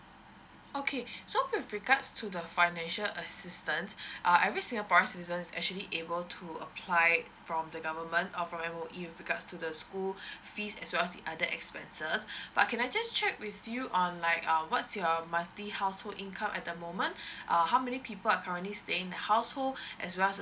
okay so with regards to the financial assistance err every singaporean citizen is actually able to apply it from the government or from the M_O_E with regards to the school fees as well as the other expenses but can I just check with you on like err what's your monthly household income at the moment err how many people are currently staying in the household as well as